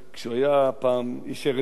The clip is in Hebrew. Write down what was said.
כשהוא היה פעם איש ארץ-ישראל,